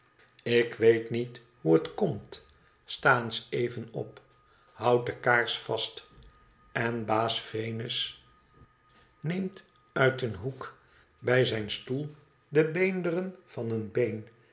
lik weet niet hoe het komt sta eens even op houd de kaars vast en baas vennus neemt uit een hoek bij zijn stoel de beenderen van een been